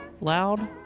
loud